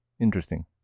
interesting